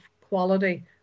quality